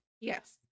Yes